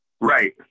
Right